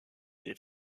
des